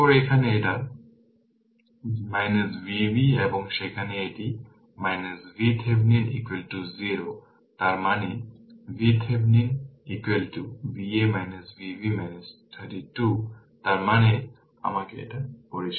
তারপর এখানে এটা সুতরাং Vb এবং সেখানে এটি VThevenin 0 তার মানে VThevenin Va Vb 32 so তার মানে আমাকে এটা পরিষ্কার করতে দিন